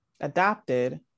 adopted